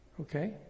okay